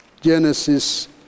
Genesis